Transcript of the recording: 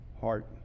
heart